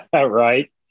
Right